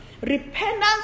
Repentance